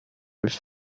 with